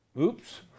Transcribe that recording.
Oops